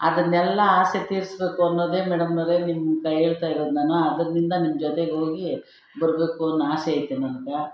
ಅದನ್ನೆಲ್ಲ ಆಸೆ ತೀರಿಸ್ಬೇಕು ಅನ್ನೋದೇ ಮೇಡಮ್ನವರೆ ನಿಮ್ಗೆ ಏಳ್ತಾ ಇರೋದು ನಾನು ಅದ್ರಿಂದ ನಿಮ್ಮ ಜೊತೆಗೆ ಹೋಗಿ ಬರಬೇಕು ಅನ್ನೋ ಆಸೆ ಐತೆ ನನ್ಗೆ